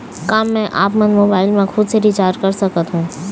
का मैं आपमन मोबाइल मा खुद से रिचार्ज कर सकथों?